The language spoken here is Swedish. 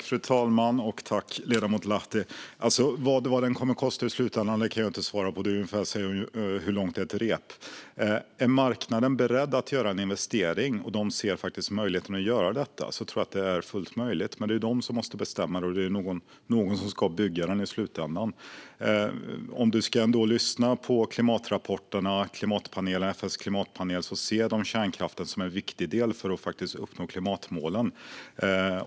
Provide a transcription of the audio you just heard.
Fru talman! Tack, ledamot Lahti! Vad den kommer att kosta i slutändan kan jag inte svara på. Det är ungefär som att fråga: Hur långt är ett rep? Är marknaden beredd att göra en investering och ser att det går tror jag att det är fullt möjligt, men det är alltså marknaden som måste bestämma detta, och det är någon som ska bygga den i slutändan. Om du lyssnar på klimatrapporterna och FN:s klimatpanel vet du också att de ser kärnkraften som en viktig del i att uppnå klimatmålen.